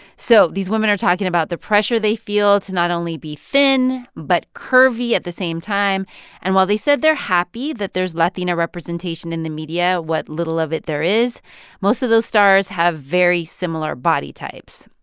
so these women are talking about the pressure they feel to not only be thin, but curvy at the same time and while they said they're happy that there's latina representation in the media what little of it there is most of those stars have very similar body types.